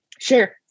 sure